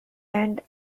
and